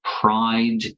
pride